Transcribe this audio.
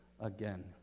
again